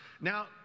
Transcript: now